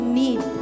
need